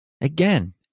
Again